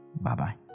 Bye-bye